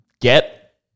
get